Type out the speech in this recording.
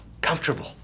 comfortable